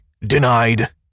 denied